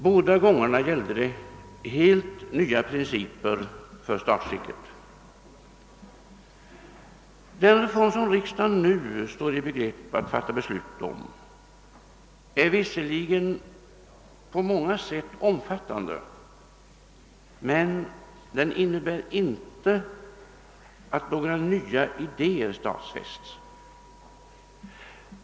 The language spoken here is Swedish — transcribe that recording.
Båda gångerna gällde det helt nya principer för statsskicket. Den reform som riksdagen nu står i begrepp att fatta beslut om är visserligen på många sätt omfattande, men den innebär inte att några nya idéer stadfästes.